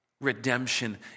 redemption